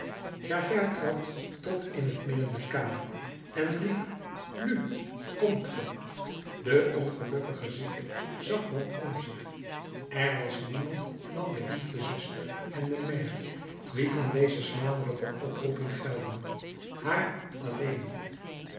javert trad tot in t midden der kamer en riep nu komt ge de ongelukkige zieke zag rondom zich er was niemand dan de liefdezuster en de maire wie kon deze smadelijke oproeping gelden haar alleen